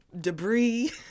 debris